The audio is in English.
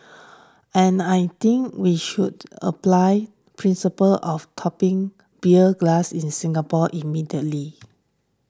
and I think we should apply principles of toppling beer glass in Singapore immediately